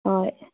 ꯍꯣꯏ